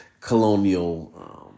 colonial